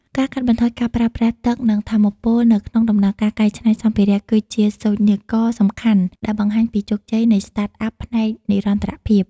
ការកាត់បន្ថយការប្រើប្រាស់ទឹក និងថាមពលនៅក្នុងដំណើរការកែច្នៃសម្ភារៈ គឺជាសូចនាករសំខាន់ដែលបង្ហាញពីជោគជ័យនៃ Startup ផ្នែកនិរន្តរភាព។